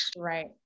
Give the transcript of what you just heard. Right